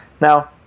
Now